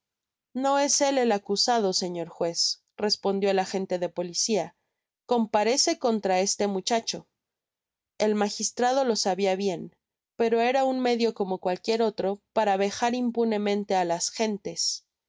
no es él el acusado señor juez respondió el agente de policia comparece contra este muchacho el magistrado lo sabia bien pero era un medio como cualquier otro para vejar impunemente á las gentes